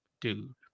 dude